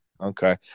Okay